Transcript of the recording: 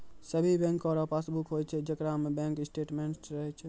सभे बैंको रो पासबुक होय छै जेकरा में बैंक स्टेटमेंट्स रहै छै